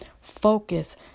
focus